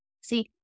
See